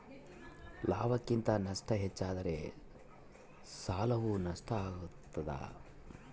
ಲಾಭಕ್ಕಿಂತ ನಷ್ಟ ಹೆಚ್ಚಾದರೆ ಸಾಲವು ನಷ್ಟ ಆಗ್ತಾದ